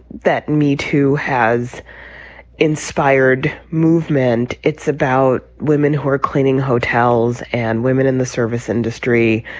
that meet who has inspired movement it's about women who are cleaning hotels and women in the service industry